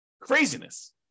Craziness